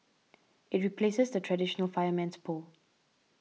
it replaces the traditional fireman's pole